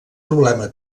problema